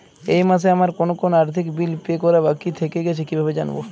এই মাসে আমার কোন কোন আর্থিক বিল পে করা বাকী থেকে গেছে কীভাবে জানব?